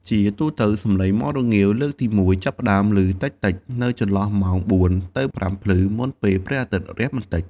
ជាទូទៅ សំឡេងមាន់រងាវលើកទីមួយចាប់ផ្ដើមលឺតិចៗនៅចន្លោះម៉ោង ៤ ទៅ ៥ ភ្លឺ មុនពេលព្រះអាទិត្យរះបន្តិច។